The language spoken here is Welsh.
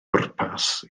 bwrpas